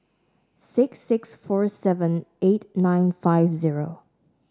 six six four seven eight nine five zero